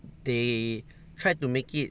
they tried to make it